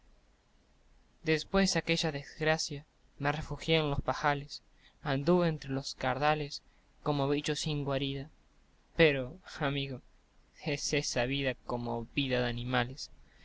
después de aquella desgracia me refugié en los pajales anduve entre los cardales como bicho sin guarida pero amigo es esa vida como vida de animales